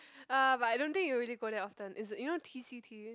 uh but I don't think you'll really go there often is you know t_c_t